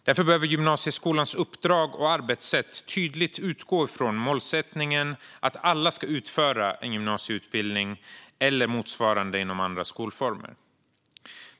Därför behöver gymnasieskolans uppdrag och arbetssätt tydligt utgå från målsättningen att alla ska genomföra en gymnasieutbildning eller motsvarande inom andra skolformer.